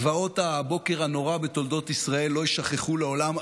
זוועות הבוקר הנורא בתולדות ישראל לא יישכחו לעולם,